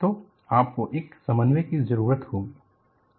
तो आप को एक समन्वय की जरूरत होगी